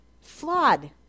Flawed